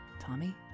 Tommy